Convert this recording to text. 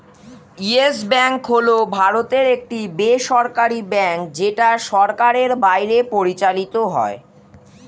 yes Bank হল ভারতের একটি বেসরকারী ব্যাঙ্ক যেটা সরকারের বাইরে পরিচালিত হয়